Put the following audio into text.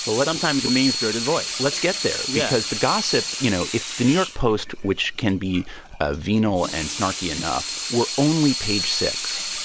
but sometimes a mean-spirited voice let's get there because the gossip you know, if the new york post, which can be ah venal and snarky enough, we're only page six,